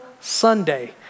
Sunday